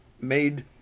made